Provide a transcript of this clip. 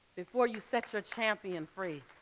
before you set your champion free,